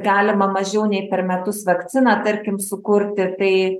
galima mažiau nei per metus vakciną tarkim sukurti tai